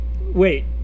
Wait